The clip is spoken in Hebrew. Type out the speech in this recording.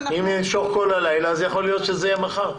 אם נמשוך כל הלילה, יכול להיות שזה יהיה מחר.